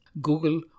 Google